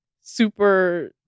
super